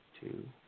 two